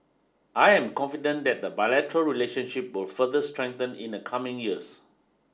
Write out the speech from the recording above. I am confident that the bilateral relationship will further strengthen in the coming years